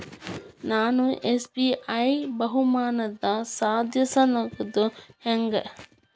ನಾನು ಎಸ್.ಬಿ.ಐ ಬಹುಮಾನದ್ ಸದಸ್ಯನಾಗೋದ್ ಹೆಂಗ?